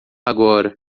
agora